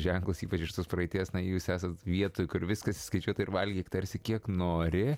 ženklus ypač iš tos praeities na jūs esant vietoj kur viskas įskaičiuota ir valgyk tarsi kiek nori